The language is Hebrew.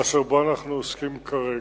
אשר בו אנחנו עוסקים כרגע.